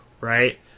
right